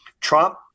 Trump